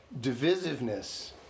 divisiveness